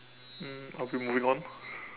um I will be moving on